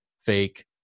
fake